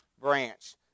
branch